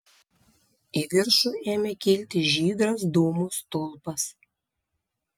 į viršų ėmė kilti žydras dūmų stulpas